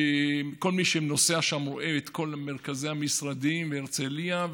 כל מי שנוסע שם רואה את כל מרכזי המשרדים בהרצליה,